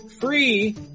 free